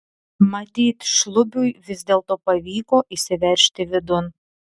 matyt šlubiui vis dėlto pavyko įsiveržti vidun